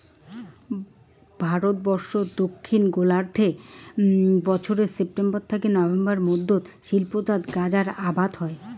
ভারতবর্ষত দক্ষিণ গোলার্ধত বছরে সেপ্টেম্বর থাকি নভেম্বর মধ্যত শিল্পজাত গাঁজার আবাদ হই